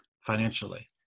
financially